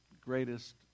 Greatest